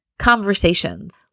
Conversations